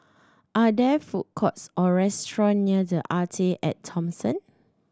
are there food courts or restaurants near The Arte At Thomson